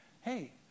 hey